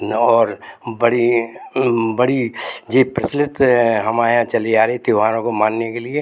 न और बड़ी ही बड़ी जीत प्रचलित हमारे यहाँ चली आ रही त्यौहारों को मानने के लिए